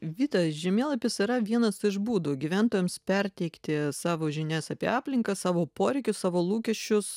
vita žemėlapis yra vienas iš būdų gyventojams perteikti savo žinias apie aplinką savo poreikius savo lūkesčius